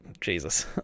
Jesus